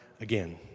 again